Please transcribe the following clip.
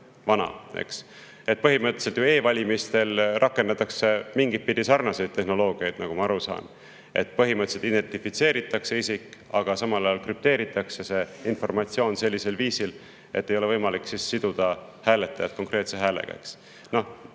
vana. Põhimõtteliselt e-valimistel rakendatakse mingit pidi sarnast tehnoloogiat, nagu ma aru saan, et identifitseeritakse isik, aga samal ajal krüpteeritakse informatsioon sellisel viisil, et ei ole võimalik siduda hääletajat konkreetse häälega.